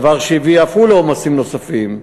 דבר שהביא אף הוא לעומסים נוספים.